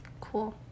Cool